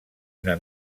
una